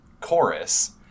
chorus